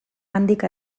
handik